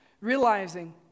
Realizing